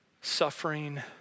suffering